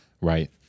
Right